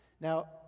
now